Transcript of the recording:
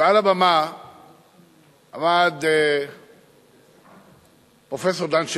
ועל הבמה עמד פרופסור דן שכטמן,